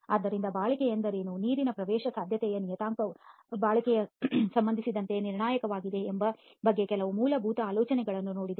ಆದ್ದರಿಂದ ಬಾಳಿಕೆ ಎಂದರೇನು ಮತ್ತು ನೀರಿನ ಪ್ರವೇಶಸಾಧ್ಯತೆಯ ನಿಯಂತ್ರಣವು ಬಾಳಿಕೆಗೆ ಸಂಬಂಧಿಸಿದಂತೆ ನಿರ್ಣಾಯಕವಾಗಿದೆ ಎಂಬ ಬಗ್ಗೆ ಕೆಲವು ಮೂಲಭೂತ ಆಲೋಚನೆಗಳನ್ನು ನೋಡಿದೆ